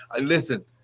listen